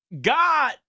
god